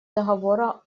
договора